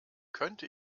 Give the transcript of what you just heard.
könnte